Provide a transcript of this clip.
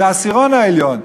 זה העשירון העליון,